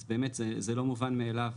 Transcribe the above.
אז באמת זה לא מובן מאליו,